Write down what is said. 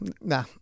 Nah